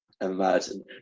imagine